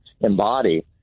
embody